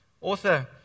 Author